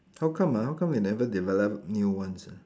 how come ah how come they never develop new ones ah